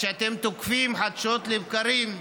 שאתם תוקפים חדשות לבקרים,